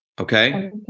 Okay